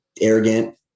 arrogant